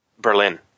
Berlin